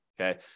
Okay